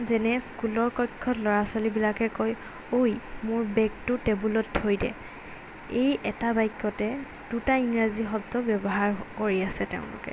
যেনে স্কুলৰ কক্ষত ল'ৰা ছোৱালীবিলাকে কয় ঐ মোৰ বেগটো টেবুলত থৈ দে এই এটা বাক্যতে দুটা ইংৰাজী শব্দ ব্যৱহাৰ কৰি আছে তেওঁলোকে